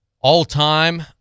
All-time